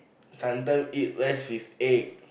sometime eat rice with egg